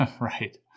Right